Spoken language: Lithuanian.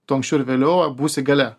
tu anksčiau ar vėliau būsi gale